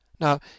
Now